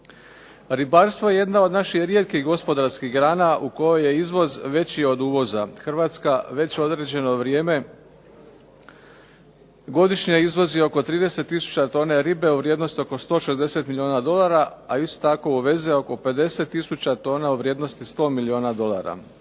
Ribarstvo je jedna od naših rijetkih gospodarskih grana u kojoj je izvoz veći od uvoza, Hrvatska već određeno vrijeme godišnje izvozi oko 30 tisuća tone ribe u vrijednosti oko 160 milijuna dolara, a isto tako uveze oko 50 tisuća tona u vrijednosti 100 milijuna dolara.